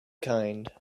kind